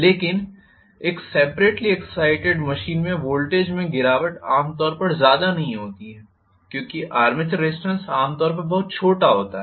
लेकिन एक separately excited machine में वोल्टेज में गिरावट आम तौर पर ज़्यादा नहीं होती है क्योंकि आर्मेचर रेजिस्टेंस आमतौर पर बहुत छोटा होता है